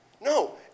No